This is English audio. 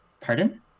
Pardon